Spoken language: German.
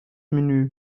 menü